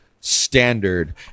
standard